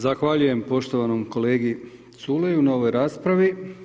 Zahvaljujem poštovanom kolegi Culelju na ovoj raspravi.